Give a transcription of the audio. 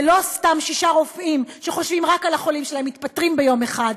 ולא סתם שישה רופאים שחושבים רק על החולים שלהם מתפטרים ביום אחד.